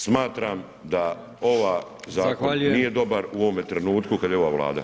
Smatram da ovaj zakon nije dobar [[Upadica: Zahvaljujem.]] u ovome trenutku kad je ova Vlada.